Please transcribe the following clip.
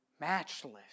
matchless